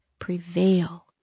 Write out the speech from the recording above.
prevail